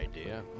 idea